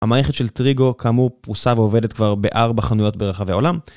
המערכת של טריגו כאמור פרושה ועובדת כבר בארבע חנויות ברחבי העולם.